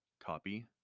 copy